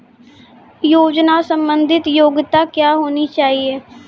योजना संबंधित योग्यता क्या होनी चाहिए?